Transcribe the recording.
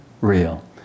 real